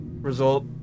result